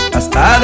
Hasta